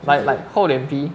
like like 厚脸皮